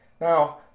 now